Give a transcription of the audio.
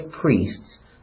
priests